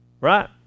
right